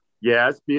yes